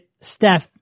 Steph